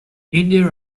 indie